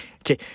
Okay